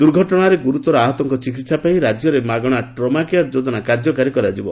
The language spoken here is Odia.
ଦୁର୍ଘଟଣାରେ ଗୁରୁତର ଆହତଙ୍ଙ ଚିକିହାପାଇଁ ରାକ୍ୟରେ ମାଗଶା ଟ୍ରମାକେୟାର ଯୋଜନା କାର୍ଯ୍ୟକାରୀ କରାଯିବ